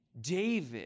David